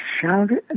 shouted